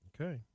Okay